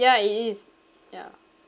ya it is ya